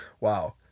Wow